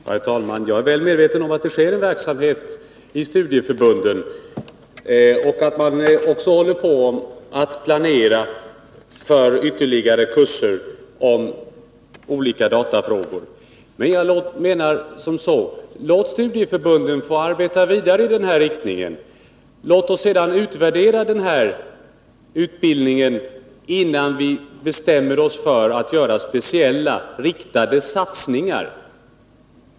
Herr talman! Jag är väl medveten om att det bedrivs en verksamhet i studieförbunden och att man också håller på att planera för ytterligare kurser om olika datafrågor. Jag menar som så: Låt studieförbunden få arbeta vidare i den här riktningen. Låt oss sedan utvärdera utbildningen innan vi bestämmer oss för att göra speciella riktade satsningar.